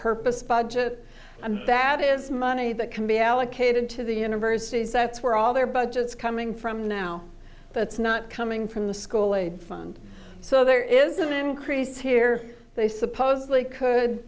purpose budget and that is money that can be allocated to the universities that's where all their budgets coming from now that's not coming from the school they fund so there is an increase here they supposedly could